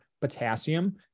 potassium